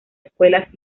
escuelas